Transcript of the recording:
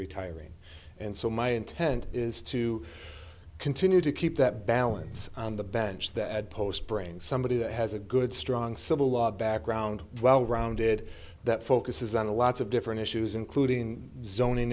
retiring and so my intent is to continue to keep that balance on the bench that post brain somebody that has a good strong civil law background well rounded that focuses on a lot of different issues including zoning